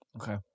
Okay